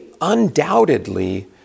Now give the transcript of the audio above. undoubtedly